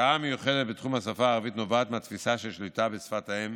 ההשקעה המיוחדת בתחום השפה הערבית נובעת מהתפיסה ששליטה בשפת האם